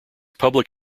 public